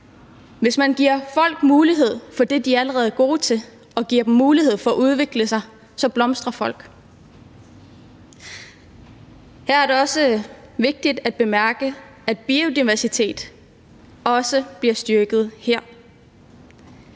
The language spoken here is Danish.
Hvis man giver folk mulighed for at lave det, de allerede er gode til, og giver dem mulighed for at udvikle sig, så blomstrer de. Det er også vigtigt at bemærke, at biodiversiteten bliver styrket her.